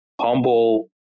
humble